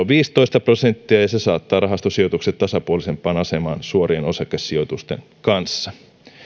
viisitoista prosenttia ja ja se saattaa rahastosijoitukset tasapuolisempaan asemaan suorien osakesijoitusten kanssa